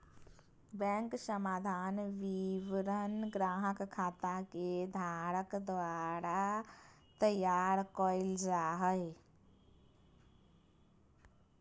bank समाधान विवरण ग्राहक खाता के धारक द्वारा तैयार कइल जा हइ